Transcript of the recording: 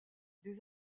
des